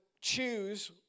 choose